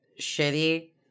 shitty